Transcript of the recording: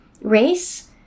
Race